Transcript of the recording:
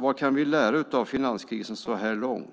Vad kan vi lära av finanskrisen så här långt?